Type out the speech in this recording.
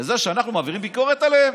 בזה שאנחנו מעבירים ביקורת עליהם.